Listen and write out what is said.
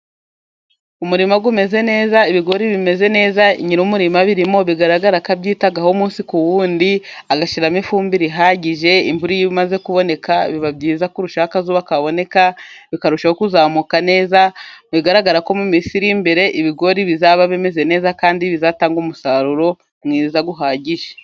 Umurimo umeze neza ibigori bimeze neza, nyir'umurima abirimo bigaragara ko abyitaho umunsi ku wundi agashyiramo ifumbire ihagije, imvura iyo umaze kuboneka biba byiza kurushaho akazuba kaboneka bikarushaho kuzamuka neza, bigaragara ko mu misi iri imbere ibigori bizaba bimeze neza kandi bizatanga umusaruro mwiza uhagije.